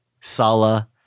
Sala